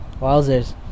wowzers